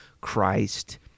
Christ